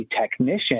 technician